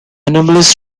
anomalous